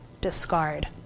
discard